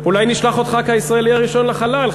אולי נשלח אותך כישראלי הראשון לחלל,